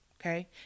okay